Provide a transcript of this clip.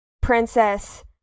princess